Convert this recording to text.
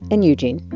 and, you, gene